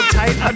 tight